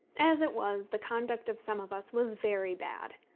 as it was, the conduct of some of us was very bad.